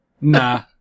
Nah